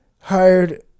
hired